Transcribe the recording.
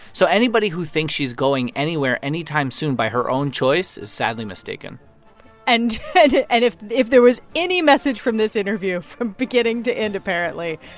so anybody who thinks she's going anywhere anytime soon by her own choice is sadly mistaken and and if if there was any message from this interview, from beginning to end, apparently,